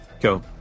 go